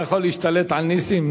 אתה יכול להשתלט על נסים?